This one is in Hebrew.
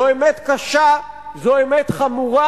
זו אמת קשה, זו אמת חמורה,